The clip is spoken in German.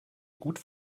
gut